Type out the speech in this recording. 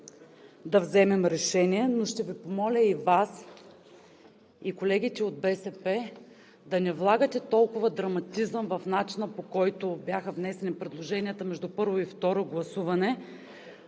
да вземем решение. Но ще помоля и Вас, и колегите от БСП да не влагате толкова драматизъм в начина, по който бяха внесени предложенията между първо и второ гласуване.